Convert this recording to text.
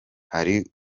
hari